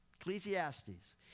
Ecclesiastes